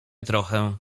trochę